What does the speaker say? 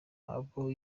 abo